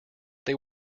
they